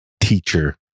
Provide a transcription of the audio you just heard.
teacher